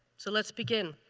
so let's begin.